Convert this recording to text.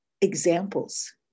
examples